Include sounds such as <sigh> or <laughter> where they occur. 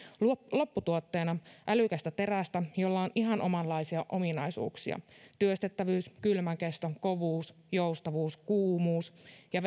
lopputuotteena on älykästä terästä jolla on ihan omanlaisia ominaisuuksia työstettävyys kylmänkesto kovuus joustavuus kuumuuden ja <unintelligible>